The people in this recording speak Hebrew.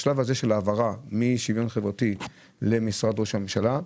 בשלב הזה של העברה מהמשרד לשוויון חברתי למשרד ראש הממשלה,